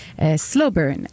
Slowburn